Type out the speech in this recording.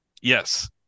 yes